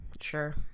Sure